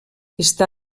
està